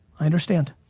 i understand.